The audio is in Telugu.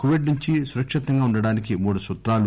కోవిడ్ నుంచి సురక్షితంగా ఉండటానికి మూడు సూత్రాలు